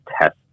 test